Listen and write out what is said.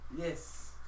Yes